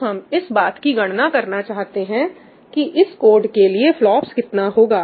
तो हम इस बात की गणना करना चाहते हैं कि इस कोड के लिए फ्लॉप्स कितना होगा